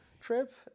trip